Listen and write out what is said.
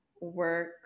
work